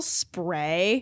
spray